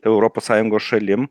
europos sąjungos šalim